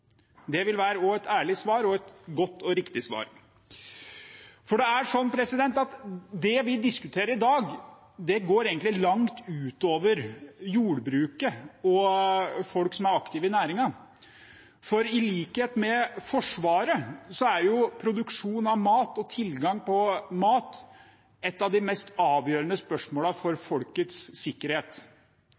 Det vil også være et ærlig svar, og et godt og riktig svar. Det vi diskuterer i dag, går egentlig langt utover jordbruket og folk som er aktive i næringen, for i likhet med Forsvaret er produksjon av mat og tilgang på mat ett av de mest avgjørende spørsmålene for folkets sikkerhet.